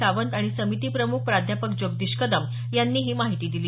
सावंत आणि समिती प्रमुख प्राध्यापक जगदीश कदम यांनी ही माहिती दिली